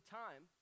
time